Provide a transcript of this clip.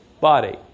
body